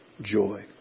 joy